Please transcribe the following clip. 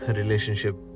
relationship